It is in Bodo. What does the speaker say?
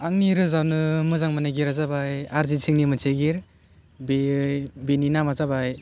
आंनि रोजाबनो मोजां मोननाय गिता जाबाय अरिजित सिं नि मोनसे गित बेयो बेनि नामा जाबाय